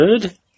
good